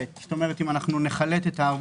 זו ערבות מתגלגלת מתמלאת, כלומר אם נחלט אותה,